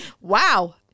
Wow